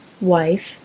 wife